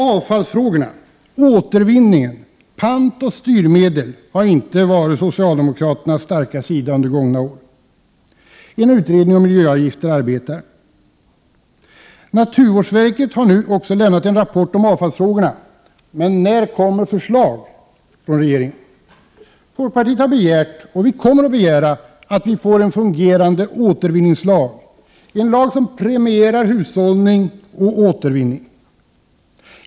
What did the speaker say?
Avfallsfrågorna, återvinningen, pant och styrmedel har inte varit socialdemokraternas starka sida under gångna år. En utredning om miljöavgifter arbetar. Naturvårdsverket har nu lämnat en rapport om avfallsfrågorna, men när kommer förslag från regeringen? Folkpartiet har begärt och kommer att begära att vi får en fungerande återvinningslag, som premierar hushållning och återvinning.